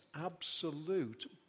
absolute